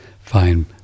fine